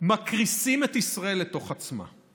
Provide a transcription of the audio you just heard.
מקריסים את ישראל לתוך עצמה.